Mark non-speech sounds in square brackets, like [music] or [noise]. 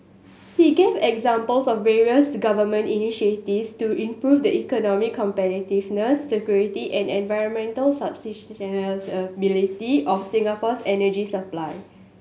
he gave examples of various Government initiatives to improve the economic competitiveness security and environmental [unintelligible] of Singapore's energy supply